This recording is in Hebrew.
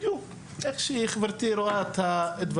בדיוק באופן שחברתי כאן רואה את הדברים.